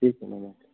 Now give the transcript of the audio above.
ठीक है नमस्ते